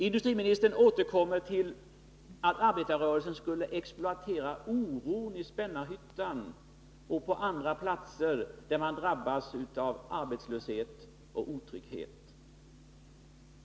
Industriministern återkommer till påståendet att arbetarrörelsen skulle exploatera oron i Spännarhyttan och på andra platser där man drabbas av arbetslöshet och otrygghet.